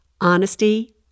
honesty